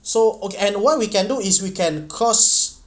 so okay and what we can do is we can cost